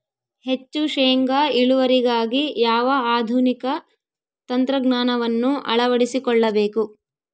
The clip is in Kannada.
ಹೆಚ್ಚು ಶೇಂಗಾ ಇಳುವರಿಗಾಗಿ ಯಾವ ಆಧುನಿಕ ತಂತ್ರಜ್ಞಾನವನ್ನು ಅಳವಡಿಸಿಕೊಳ್ಳಬೇಕು?